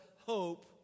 hope